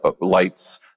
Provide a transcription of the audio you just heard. lights